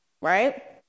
right